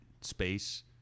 space